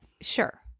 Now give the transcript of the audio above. Sure